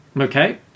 Okay